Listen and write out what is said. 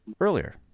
earlier